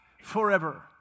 forever